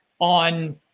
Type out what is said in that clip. on